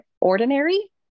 ordinary